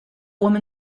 woman